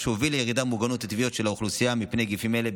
מה שהוביל לירידה במוגנות הטבעית של האוכלוסייה מפני נגיפים אלה,